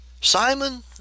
Simon